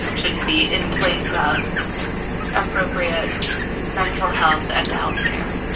and shouldn't be in place of appropriate mental health and healthcare.